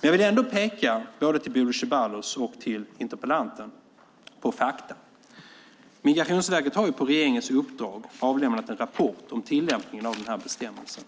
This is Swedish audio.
Jag vill ändå för både Bodil Ceballos och interpellanten peka på fakta. Migrationsverket har på regeringens uppdrag avlämnat en rapport om tillämpningen av bestämmelsen.